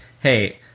hey